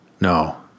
no